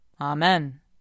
Amen